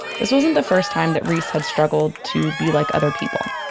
this wasn't the first time that reese had struggle to be like other people.